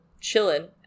chilling